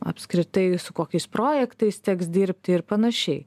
apskritai su kokiais projektais teks dirbt ir panašiai